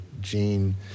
gene